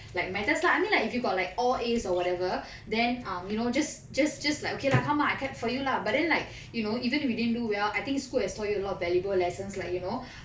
like matters lah I mean like if you got like all a or whatever then um you know just just just like okay lah come ah I clap for you lah but then like you know even if you didn't do well I think school has taught you a lot of valuable lessons like you know